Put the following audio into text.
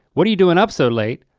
what are you doing up so late?